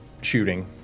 shooting